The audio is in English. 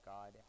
God